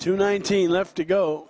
to nineteen left to go